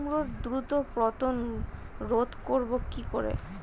কুমড়োর দ্রুত পতন রোধ করব কি করে?